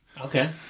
Okay